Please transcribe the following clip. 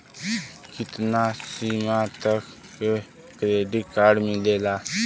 कितना सीमा तक के क्रेडिट कार्ड मिलेला?